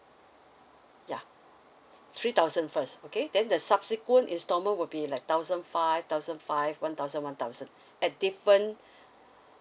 yeah three thousand first okay then the subsequent installment would be like thousand five thousand five one thousand one thousand at different